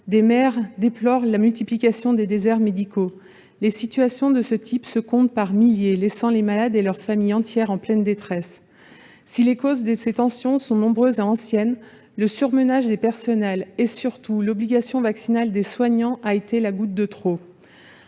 des maires déplorent la multiplication des déserts médicaux. Les situations de ce type se comptent par milliers, laissant des malades et des familles entières en pleine détresse. Si les causes de ces tensions sont nombreuses et anciennes, le surmenage des personnels et, surtout, l'obligation vaccinale des soignants ont été la goutte de trop.